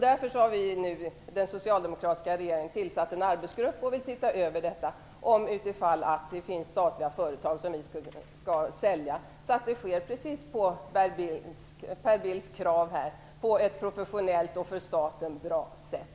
Därför har den socialdemokratiska regeringen tillsatt en arbetsgrupp för att se om det finns statliga företag som vi vill sälja, så att det just i enlighet med Per Bills krav sker på ett professionellt och för staten bra sätt.